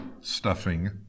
stuffing